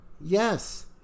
Yes